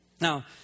Now